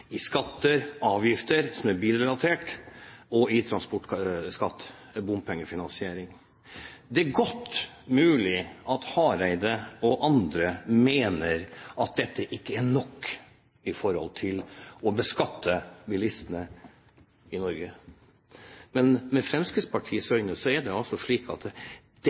i skatter og avgifter som er bilrelatert og i transportskatt – bompengefinansiering. Det er godt mulig at Hareide og andre mener at dette ikke er nok når det gjelder å beskatte bilistene i Norge. Men med Fremskrittspartiets øyne er det slik at